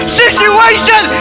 situation